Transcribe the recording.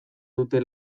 dute